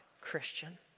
Christian